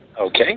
Okay